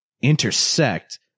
intersect